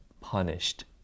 punished